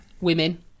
women